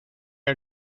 are